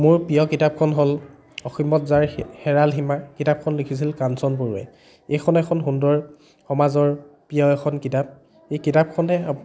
মোৰ প্ৰিয় কিতাপখন হ'ল অসীমত যাৰ হেৰাল সীমা কিতাপখন লিখিছিল কাঞ্চন বৰুৱাই এইখন এখন সুন্দৰ সমাজৰ প্ৰিয় এখন কিতাপ এই কিতাপখনে আপ